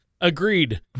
agreed